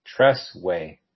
Tressway